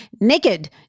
naked